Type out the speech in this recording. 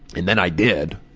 and then i did.